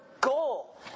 goal